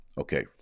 Okay